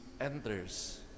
enters